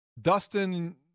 Dustin